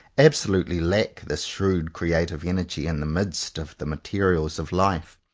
absolutely lack this shrewd creative energy in the midst of the materials of life.